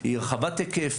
היא רחבת היקף,